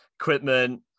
equipment